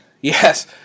yes